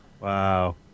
Wow